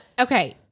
Okay